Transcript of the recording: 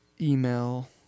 email